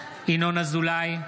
אזולאי,